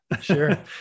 Sure